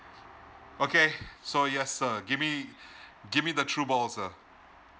okay so yes sir give me give me the true ball sir